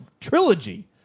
trilogy